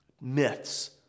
myths